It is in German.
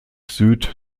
süd